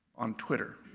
on twitter.